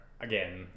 again